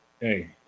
hey